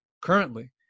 currently